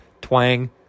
twang